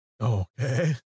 okay